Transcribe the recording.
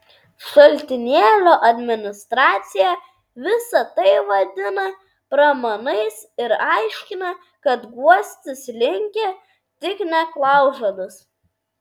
šaltinėlio administracija visa tai vadina pramanais ir aiškina kad guostis linkę tik neklaužados